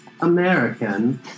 American